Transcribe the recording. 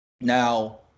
Now